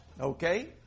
Okay